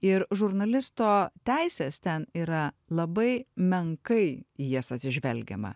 ir žurnalisto teisės ten yra labai menkai į jas atsižvelgiama